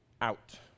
out